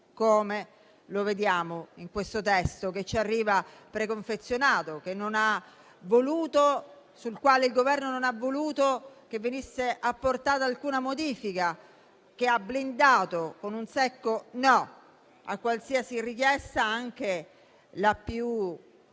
come vediamo in questo testo che ci arriva preconfezionato, sul quale il Governo non ha voluto che venisse apportata alcuna modifica, che ha blindato con un secco no a qualsiasi richiesta, anche la più